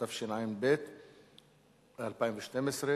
התשע"ב 2012,